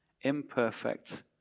Imperfect